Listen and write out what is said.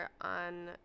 on